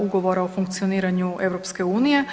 Ugovora o funkcioniranju EU.